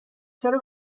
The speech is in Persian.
چرا